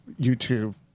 YouTube